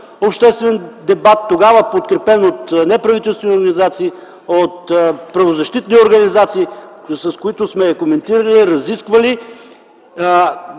обществен дебат, тогава подкрепен от неправителствени организации, от правозащитни организации, с които сме коментирали и разисквали.